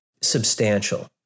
substantial